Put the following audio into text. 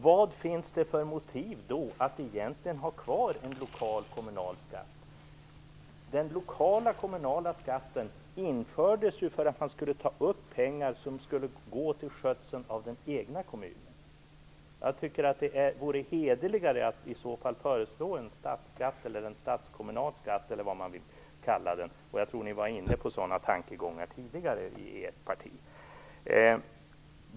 Vad finns det då egentligen för motiv att ha kvar en lokal kommunal skatt? Den lokala kommunala skatten infördes ju för att man skulle ta upp pengar som skulle gå till skötseln av den egna kommunen. Jag tycker att det vore hederligare att i så fall föreslå en statsskatt eller statskommunal skatt. Jag tror att ni var inne på sådana tankegångar tidigare i ert parti.